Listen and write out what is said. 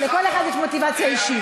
לכל אחד יש מוטיבציה אישית.